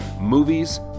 movies